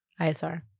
ISR